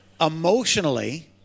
emotionally